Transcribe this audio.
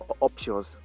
options